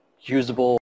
usable